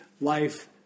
life